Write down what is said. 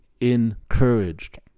encouraged